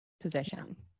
position